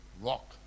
rock